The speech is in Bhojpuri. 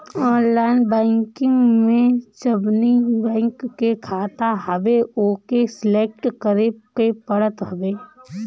ऑनलाइन बैंकिंग में जवनी बैंक के खाता हवे ओके सलेक्ट करे के पड़त हवे